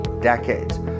decades